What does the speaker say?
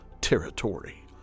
territory